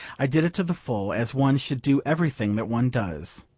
i did it to the full, as one should do everything that one does.